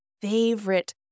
favorite